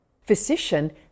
physician